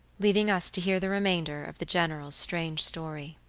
leaving us to hear the remainder of the general's strange story.